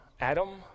Adam